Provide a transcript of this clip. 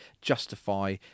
justify